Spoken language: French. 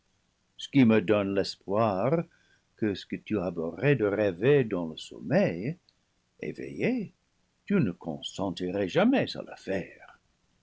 ce qui me donne l'espoir que ce que tu abhorrais de rêver dans le sommeil éveillée tu ne consentirais jamais à